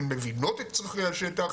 הן מבינות את צרכי השטח,